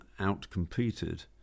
outcompeted